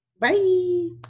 bye